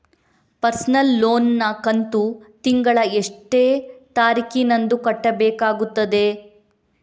Personal loan ನ ಕಂತು ತಿಂಗಳ ಎಷ್ಟೇ ತಾರೀಕಿನಂದು ಕಟ್ಟಬೇಕಾಗುತ್ತದೆ?